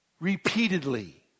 Repeatedly